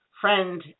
friend